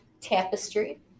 Tapestry